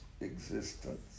existence